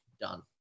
done